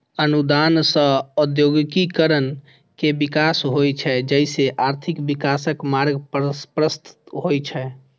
अनुदान सं औद्योगिकीकरण के विकास होइ छै, जइसे आर्थिक विकासक मार्ग प्रशस्त होइ छै